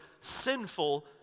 sinful